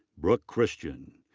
brooke christian.